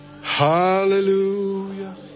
Hallelujah